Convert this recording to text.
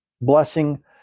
blessing